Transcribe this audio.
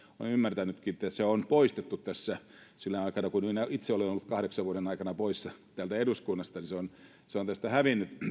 olen ymmärtänyt että se onkin poistettu tässä sinä aikana kun minä itse olen ollut kahdeksan vuotta poissa täältä eduskunnasta niin tämä järjestelmä on tästä hävinnyt